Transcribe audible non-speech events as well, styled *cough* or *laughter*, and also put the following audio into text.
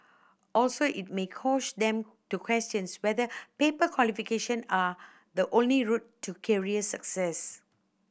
also it may *unintelligible* them to question whether paper qualification are the only route to career success